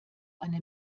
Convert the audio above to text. eine